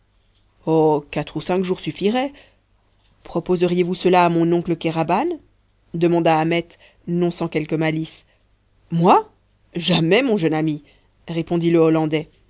quatre ou cinq jours suffiraient proposeriez vous cela à mon oncle kéraban demanda ahmet non sans quelque malice moi jamais mon jeune ami répondit le hollandais